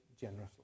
generously